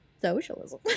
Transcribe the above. socialism